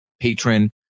patron